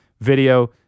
video